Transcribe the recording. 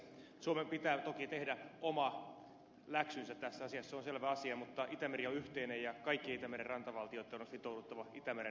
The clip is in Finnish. suomen pitää toki tehdä oma läksynsä tässä asiassa se on selvä asia mutta itämeri on yhteinen ja kaikkien itämeren rantavaltioitten on sitouduttava itämeren kunnostamiseen